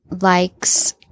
likes